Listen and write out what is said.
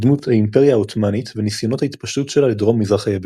בדמות האימפריה העות'מאנית וניסיונות ההתפשטות שלה לדרום-מזרח היבשת.